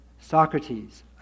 Socrates